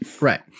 Right